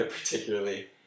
particularly